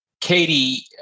Katie